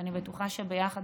ואני בטוחה שביחד,